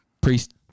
Priest